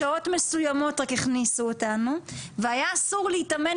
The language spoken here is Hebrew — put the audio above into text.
בשעות מסוימות הכניסו אותנו והיה אסור להתאמן